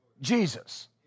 Jesus